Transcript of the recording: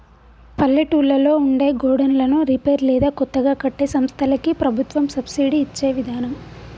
పల్లెటూళ్లలో ఉండే గోడన్లను రిపేర్ లేదా కొత్తగా కట్టే సంస్థలకి ప్రభుత్వం సబ్సిడి ఇచ్చే విదానం